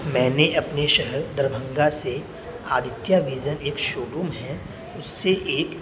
میں نے اپنے شہر دربھنگا سے آدتیہ ویژن ایک شو روم ہے اس سے ایک